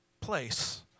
place